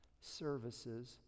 services